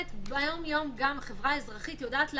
ביום-יום החברה האזרחית יודעת לעבוד,